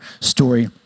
story